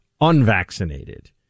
unvaccinated